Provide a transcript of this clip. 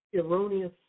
erroneous